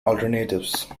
alternatives